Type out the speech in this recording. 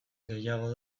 gehiago